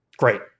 great